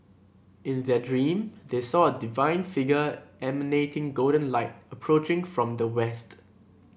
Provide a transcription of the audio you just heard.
in their dream they saw a divine figure emanating golden light approaching from the west